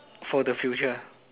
for the future